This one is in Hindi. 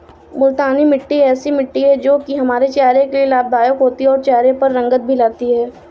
मूलतानी मिट्टी ऐसी मिट्टी है जो की हमारे चेहरे के लिए लाभदायक होती है और चहरे पर रंगत भी लाती है